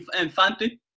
Infante